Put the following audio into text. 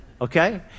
okay